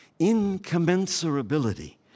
incommensurability